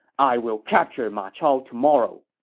i will capture ma chao tomorrow.